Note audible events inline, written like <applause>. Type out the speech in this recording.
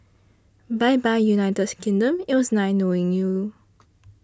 bye bye United <noise> Kingdom it was nice knowing you